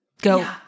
Go